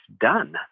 done